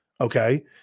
okay